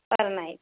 per night